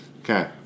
Okay